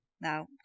now